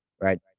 right